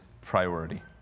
priority